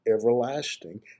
everlasting